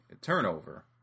turnover